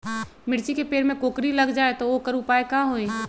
मिर्ची के पेड़ में कोकरी लग जाये त वोकर उपाय का होई?